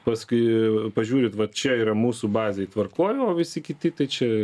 paskui pažiūrit vat čia yra mūsų bazėj tvarkoj o visi kiti tai čia